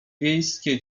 wiejskie